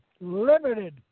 limited